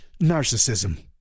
narcissism